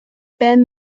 band